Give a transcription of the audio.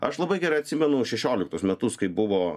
aš labai gerai atsimenu šešioliktus metus kai buvo